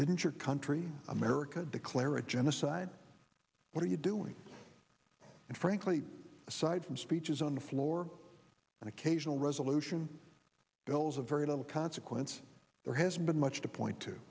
didn't your country america declare a genocide what are you doing and frankly aside from speeches on the floor and occasional resolution bills a very little consequence there has been much to point to